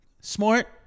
smart